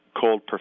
cold